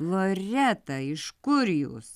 loreta iš kur jūs